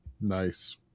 Nice